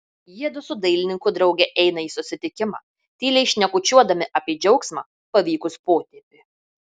jiedu su dailininku drauge eina į susitikimą tyliai šnekučiuodami apie džiaugsmą pavykus potėpiui